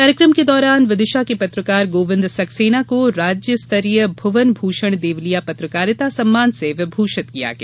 कार्यक्रम के दौरान विदिशा के पत्रकार गोविन्द सक्सेना को राज्यस्तरीय भुवन भूषण देवलिया पत्रकारिता सम्मान से विभूषित किया गया